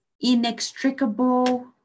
inextricable